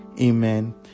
amen